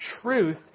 truth